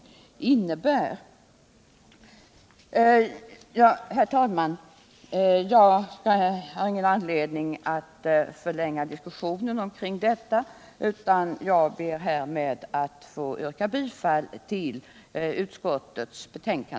Herr talman! Jag har ingen anledning att förlänga diskussionen omkring detta, utan jag ber härmed att få yrka bifall till utskottets hemställan.